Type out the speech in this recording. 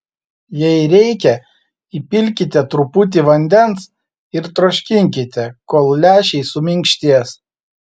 jei reikia įpilkite truputį vandens ir troškinkite kol lęšiai suminkštės